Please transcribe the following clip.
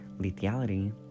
lethality